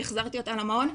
החזרתי אותה למעון.